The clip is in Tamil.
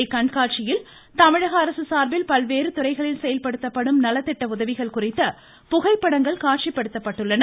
இக்கண்காட்சியில் தமிழக அரசு சார்பில் பல்வேறு துறைகளில் செயல்படுத்தப்படும் நலத்திட்ட உதவிகள் குறித்த புகைப்படங்கள் காட்சிப்படுத்தப் பட்டுள்ளன